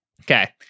Okay